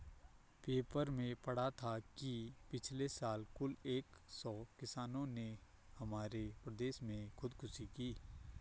paper में पढ़ा था कि पिछले साल कुल एक सौ किसानों ने हमारे प्रदेश में खुदकुशी की